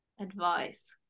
advice